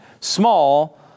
small